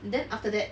then after that